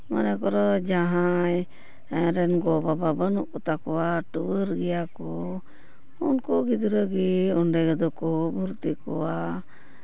ᱢᱚᱱᱮ ᱠᱚᱨᱚ ᱡᱟᱦᱟᱸᱭ ᱨᱮᱱ ᱜᱚᱼᱵᱟᱵᱟ ᱵᱟᱹᱱᱩᱜ ᱠᱚᱛᱟ ᱠᱚᱣᱟ ᱴᱩᱣᱟᱹᱨ ᱜᱮᱭᱟ ᱠᱚ ᱩᱱᱠᱩ ᱜᱤᱫᱽᱨᱟᱹ ᱜᱮ ᱚᱸᱰᱮ ᱫᱚᱠᱚ ᱵᱷᱚᱨᱛᱤ ᱠᱚᱣᱟ